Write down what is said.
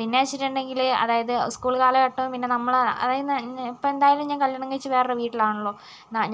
പിന്നെ വച്ചിട്ടുണ്ടെങ്കിൽ അതായത് സ്കൂൾ കാലഘട്ടം പിന്നെ നമ്മൾ ആ അതായത് ഇന്ന് ഇപ്പോൾ എന്തായാലും ഞാൻ കല്ല്യാണം കഴിച്ച് വേറെ വീട്ടിലാണല്ലോ